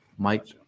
Mike